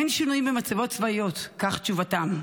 אין שינויים במצבות צבאיות, כך תשובתם.